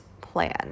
plan